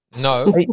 No